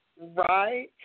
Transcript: Right